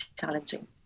challenging